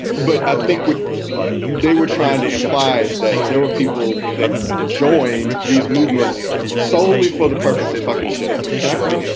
but i think they were trying to implies that there were people that joined these movements solely for the purpose of fucking shit up can occur. so